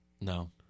No